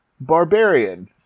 Barbarian